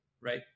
right